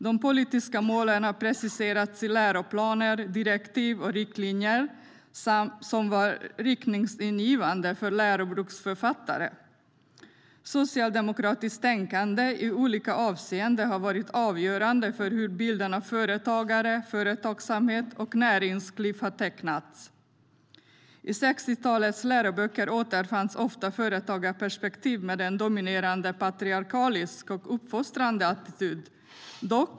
De politiska målen har preciserats i läroplaner, direktiv och riktlinjer som varit riktningsgivande för läroboksförfattare. Socialdemokratiskt tänkande i olika avseenden har varit avgörande för hur bilden av företagare, företagsamhet och näringsliv har tecknats. I 1960-talets läroböcker återfanns ofta företagarperspektiv med en dominerande patriarkal och uppfostrande attityd.